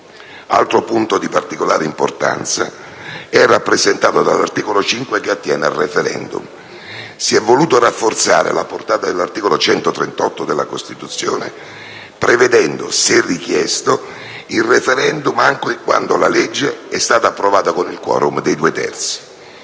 Altro punto di particolare importanza è rappresentato dall'articolo 5, che attiene al *referendum*. Si è voluto rafforzare la portata dell'articolo 138 della Costituzione, prevedendo, se richiesto, il *referendum* anche quando la legge è stata approvata con il *quorum* dei due terzi.